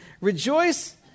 Rejoice